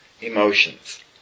emotions